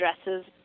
addresses